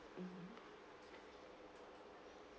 mmhmm